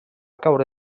caure